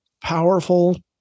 powerful